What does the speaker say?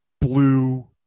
blue